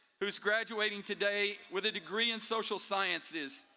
who is graduating today with a degree in social sciences,